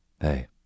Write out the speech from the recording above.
Hey